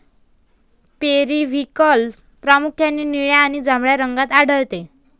periwinkle प्रामुख्याने निळ्या आणि जांभळ्या रंगात आढळते